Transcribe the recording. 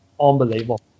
Unbelievable